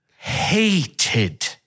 Hated